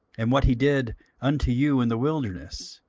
and what he did unto you in the wilderness,